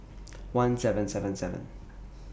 one seven seven seven